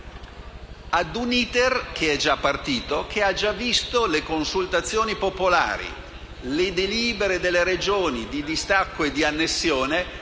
di un *iter* che è già partito, che ha già visto le consultazioni popolari e le delibere delle Regioni (di distacco e di annessione).